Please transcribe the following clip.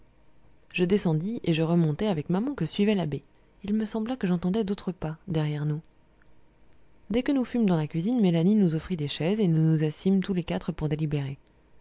je descendis et je remontai avec maman que suivait l'abbé il me sembla que j'entendais d'autres pas derrière nous dès que nous fûmes dans la cuisine mélanie nous offrit des chaises et nous nous assîmes tous les quatre pour délibérer